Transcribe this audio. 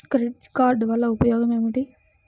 Credit card వల్ల ఉపయోగం ఏమిటీ?